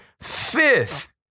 fifth